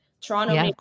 Toronto